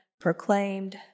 proclaimed